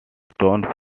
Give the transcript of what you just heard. stone